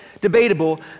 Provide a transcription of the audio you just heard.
debatable